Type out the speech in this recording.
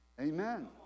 amen